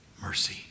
mercy